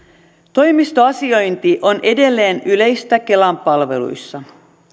toimistoasiointi on edelleen yleistä kelan palveluissa